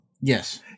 Yes